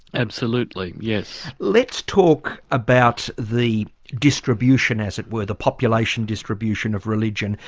absolutely, yes. let's talk about the distribution, as it were, the population distribution of religion.